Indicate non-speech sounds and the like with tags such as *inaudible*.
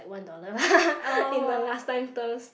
like one dollar *laughs* you know last time those